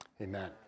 amen